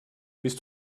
bist